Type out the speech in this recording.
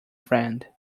friend